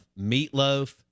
meatloaf